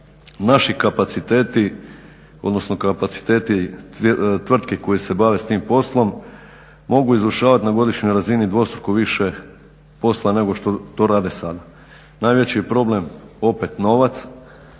naši kapaciteti odnosno kapaciteti tvrtki koje se bave s tim poslom, mogu izvršavati na godišnjoj razini dvostruko više posla nego što to rade sada. najveći je problem opet novac,